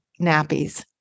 nappies